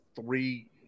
three